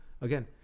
Again